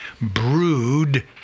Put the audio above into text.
brood